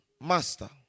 Master